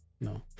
no